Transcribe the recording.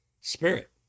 spirit